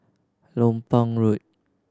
Lompang Road